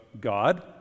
God